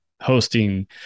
hosting